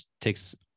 takes